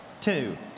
Two